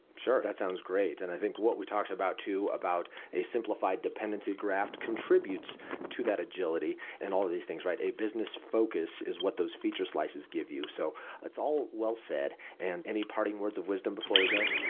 sure. that sounds great, and i think what we talked about too about a simplified dependency graph contributes to that agility and all of these things. a business focus is what those feature slices give you. so it's all well said. and any parting words of wisdom before we go?